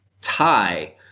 tie